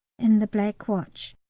in the black watch.